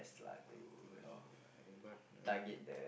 ya I think so lah but I